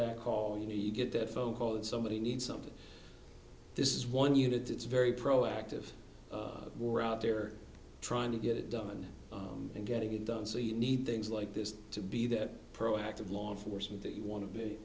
that call and you get that phone call that somebody needs something this is one unit it's very proactive war out there trying to get it done and getting it done so you need things like this to be that proactive law enforcement that you want to be